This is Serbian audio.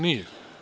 Nije.